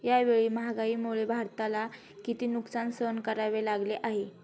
यावेळी महागाईमुळे भारताला किती नुकसान सहन करावे लागले आहे?